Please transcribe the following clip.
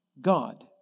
God